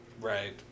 Right